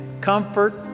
comfort